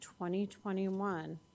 2021